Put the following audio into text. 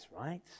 right